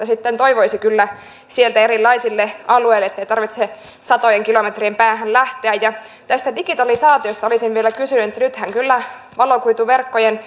sitten toivoisi kyllä sieltä erilaisille alueille ettei tarvitse satojen kilometrien päähän lähteä ja tästä digitalisaatiosta olisin vielä kysynyt kun nythän kyllä valokuituverkkojen